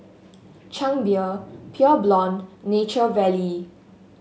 Chang Beer Pure Blonde Nature Valley